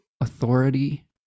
authority